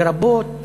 לרבות